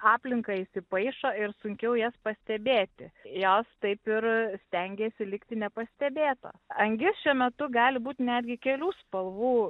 aplinką įsipaišo ir sunkiau jas pastebėti jos taip ir stengiasi likti nepastebėtos angis šiuo metu gali būt netgi kelių spalvų